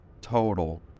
total